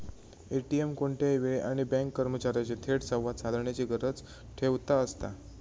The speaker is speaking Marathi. ए.टी.एम कोणत्याही वेळी आणि बँक कर्मचार्यांशी थेट संवाद साधण्याची गरज न ठेवता असता